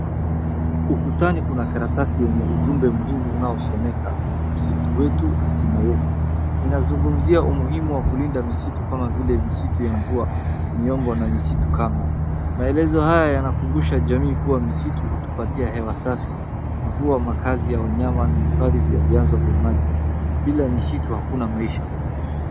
Ukutani kuna karatasi yenye ujumbe muhimu unaosomeka, "msitu wetu hatima yetu." Inazungumzia umuhimu wa kulinda misitu kama vile misitu ya mvua, miongo na misitu karme. Maelezo haya yanakumbusha jamii kuwa misitu hutupatia hewa safi, mvua, makazi ya wanyama na hifadhi vya vyanzo vya maji. Bila misitu hakuna maisha.